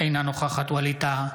אינה נוכחת ווליד טאהא,